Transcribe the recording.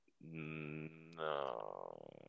No